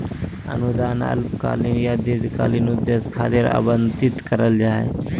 अनुदान अल्पकालिक या दीर्घकालिक उद्देश्य खातिर आवंतित करल जा हय